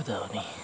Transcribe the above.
ꯀꯗꯕꯅꯤ